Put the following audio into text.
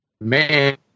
man